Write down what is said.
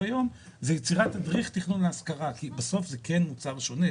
היום זה יצירת מדריך תכנון להשכרה כוח בסוף זה כן מוצר שונה,